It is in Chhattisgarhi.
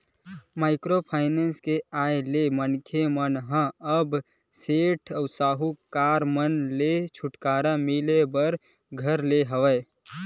माइक्रो फायनेंस के आय ले मनखे मन ल अब सेठ साहूकार मन ले छूटकारा मिले बर धर ले हवय